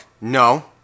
No